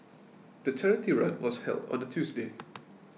the charity run was held on a Tuesday